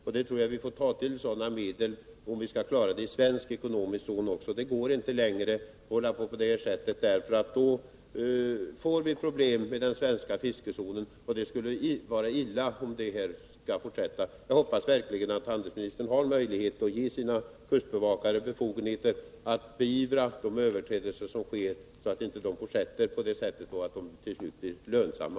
Jag tror att vi får ta till andra medel, om vi skall kunna klara problemen i vår ekonomiska zon. Det går inte längre att hålla på som vi nu gör, för då får vi problem inom den svenska fiskezonen. Jag hoppas verkligen att handelsministern har möjlighet att ge sina kustbevakare befogenheter att beivra överträdelserna, så att dessa inte fortsätter som hittills och till slut blir lönsamma.